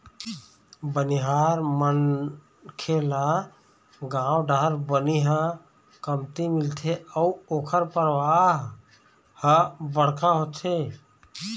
बनिहार मनखे ल गाँव डाहर बनी ह कमती मिलथे अउ ओखर परवार ह बड़का होथे